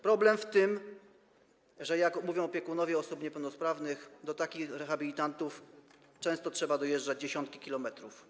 Problem w tym, że - jak mówią opiekunowie osób niepełnosprawnych - do takich rehabilitantów często trzeba dojeżdżać dziesiątki kilometrów.